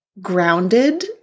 grounded